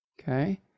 okay